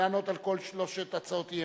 ולענות על כל שלוש הצעות האי-אמון.